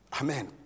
Amen